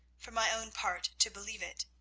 for my own part to believe it.